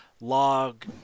log